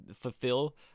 fulfill